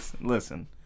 Listen